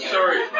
Sorry